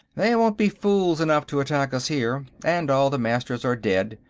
they won't be fools enough to attack us here, and all the masters are dead,